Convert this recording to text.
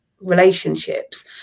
relationships